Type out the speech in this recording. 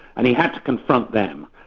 and he had to confront them.